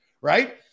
right